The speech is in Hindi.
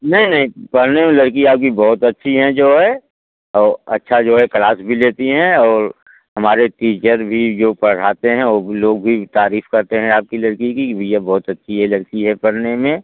नहीं नहीं पढ़ने में लड़की आपकी बहुत अच्छी हैं जो है और अच्छा जो है क्लास भी लेती हैं और हमारे टीचर भी जो पढ़ाते हैं वो भी लोग भी तारीफ करते हैं आपकी लड़की की कि भइया बहुत अच्छी ये लड़की है पढ़ने में